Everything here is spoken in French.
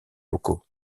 locaux